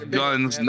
guns